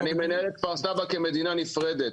אני מנהל את כפר סבא כמדינה נפרדת,